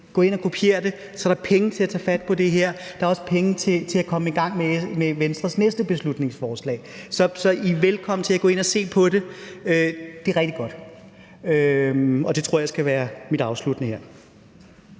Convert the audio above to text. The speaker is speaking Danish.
Gå ind og kopier det, så er der penge til at tage fat på det her, og der er også penge til at komme i gang med Venstres næste beslutningsforslag. Så I er velkommen til at gå ind og se på det. Det er rigtig godt. Det tror jeg skal være min afslutning her.